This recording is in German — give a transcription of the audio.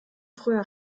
früher